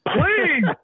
please